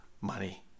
money